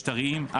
משטריים,